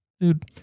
Dude